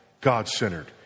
God-centered